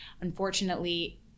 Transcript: unfortunately